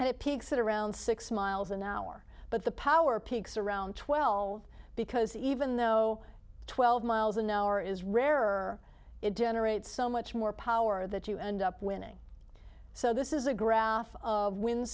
and it peaks at around six miles an hour but the power peaks around twelve because even though twelve miles an hour is rarer it generates so much more power that you end up winning so this is a graph of wind